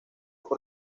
por